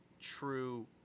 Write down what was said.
true